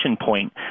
point